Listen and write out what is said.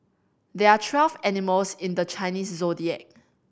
there are twelve animals in the Chinese Zodiac